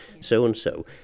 so-and-so